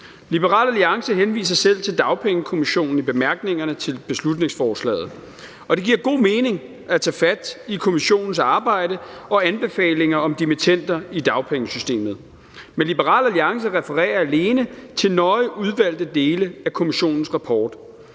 Liberal Alliance henviser selv til Dagpengekommissionen i bemærkningerne til beslutningsforslaget, og det giver god mening at tage fat i kommissionens arbejde og anbefalinger om dimittender i dagpengesystemet, men Liberal Alliance refererer alene til nøje udvalgte dele af kommissionens rapport.